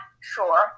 sure